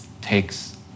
takes